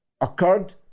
occurred